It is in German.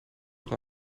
doch